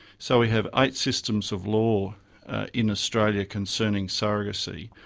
so we have eight systems of law in australia concerning surrogacy,